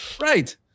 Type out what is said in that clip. Right